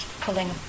pulling